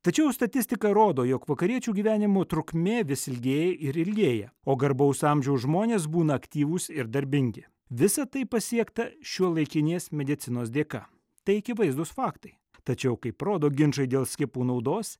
tačiau statistika rodo jog vakariečių gyvenimo trukmė vis ilgėja ir ilgėja o garbaus amžiaus žmonės būna aktyvūs ir darbingi visa tai pasiekta šiuolaikinės medicinos dėka tai akivaizdūs faktai tačiau kaip rodo ginčai dėl skiepų naudos